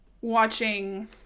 watching